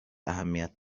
اهمیت